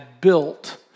built